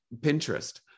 Pinterest